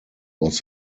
was